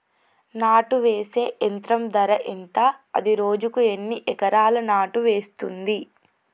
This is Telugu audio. నాటు వేసే యంత్రం ధర ఎంత? అది రోజుకు ఎన్ని ఎకరాలు నాటు వేస్తుంది?